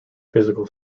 physical